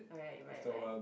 right right right